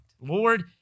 Lord